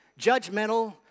judgmental